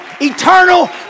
eternal